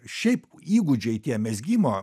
šiaip įgūdžiai tie mezgimo